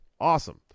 Awesome